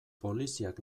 poliziak